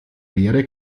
wäre